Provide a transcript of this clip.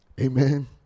Amen